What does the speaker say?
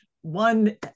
one